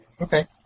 Okay